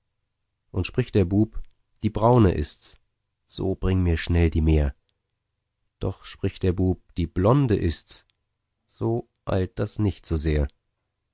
und spricht der bub die braune ist's so bring mir schnell die mär doch spricht der bub die blonde ist's so eilt das nicht so sehr